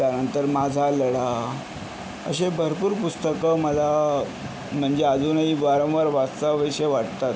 त्यानंतर माझा लढा असे भरपूर पुस्तकं मला म्हणजे अजूनही वारंवार वाचावेसे वाटतात